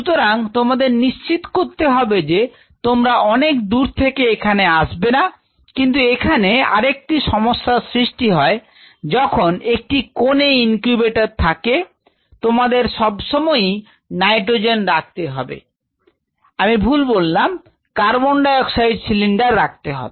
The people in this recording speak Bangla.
সুতরাং তোমাদের নিশ্চিত করতে হবে যে তোমরা অনেক দূর থেকে এখানে আসবে না কিন্তু এখানে আরেকটি সমস্যার সৃষ্টি হয় যখন একটি কোনে ইনকিউবেটর থাকে তোমাদের সব সময়ই নাইট্রোজেন রাখতে হবে আমি ভুল বললাম কার্বন ডাই অক্সাইড সিলিন্ডার রাখতে হবে